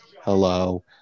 Hello